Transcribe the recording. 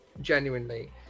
genuinely